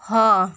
ହଁ